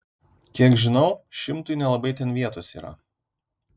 kiek žinau šimtui nelabai ten vietos yra